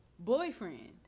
Boyfriend